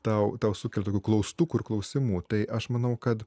tau sukelia tokių klaustukų ir klausimų tai aš manau kad